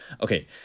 okay